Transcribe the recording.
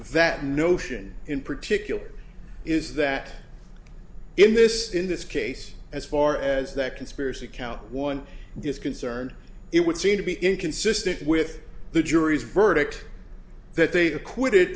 that notion in particular is that in this in this case as far as that conspiracy count one is concerned it would seem to be inconsistent with the jury's verdict that they acquitted